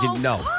no